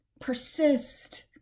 persist